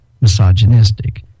misogynistic